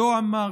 לא אמר,